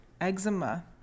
eczema